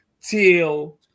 till